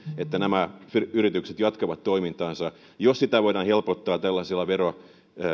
että nämä yritykset jatkavat toimintaansa jos sitä voidaan helpottaa tällaisella veron